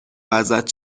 ازت